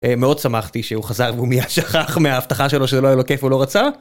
מאוד שמחתי שהוא חזר והוא מיד שכח מההבטחה שלו שזה לא היה לו כיף, הוא לא רצה.